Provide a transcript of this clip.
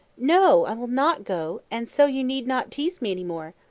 no, i will not go, and so you need not teaze me any more.